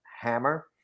Hammer